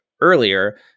earlier